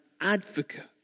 advocate